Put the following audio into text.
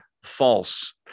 False